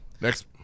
next